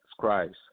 Christ